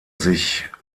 sich